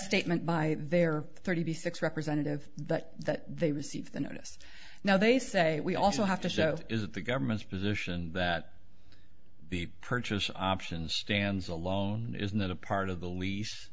statement by their thirty six representative that that they receive the notice now they say we also have to show is that the government's position that the purchase option stands alone is not a part of the lease